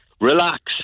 relax